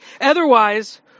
Otherwise